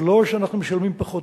אז לא שאנחנו משלמים פחות,